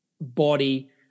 body